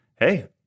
Hey